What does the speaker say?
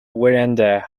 verandah